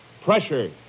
Pressure